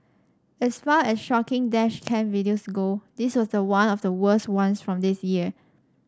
as far as shocking dash cam videos go this was one of the worst ones from this year